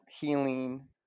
healing